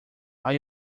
are